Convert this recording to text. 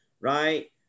right